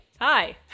Hi